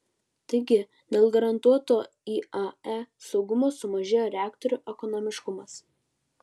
taigi dėl garantuoto iae saugumo sumažėjo reaktorių ekonomiškumas